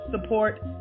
support